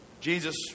Jesus